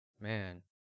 man